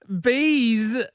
bees